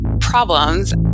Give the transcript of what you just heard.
problems